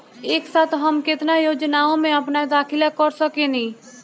एक साथ हम केतना योजनाओ में अपना दाखिला कर सकेनी?